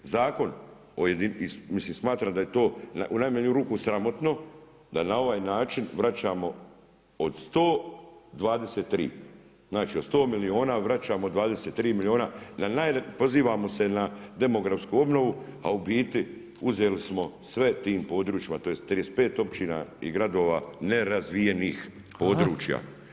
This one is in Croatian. Zakon mislim smatra da je to u najmanju ruku sramotno, da na ovaj način vračamo od 123, znači od 100 milijuna vraćamo 23 milijuna, pozivamo se na demografsku obnovu, a u biti uzeli smo sve tim područjima, tj. 35 općina i gradova nerazvijenih područja.